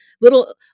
little